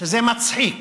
שזה מצחיק